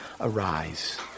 arise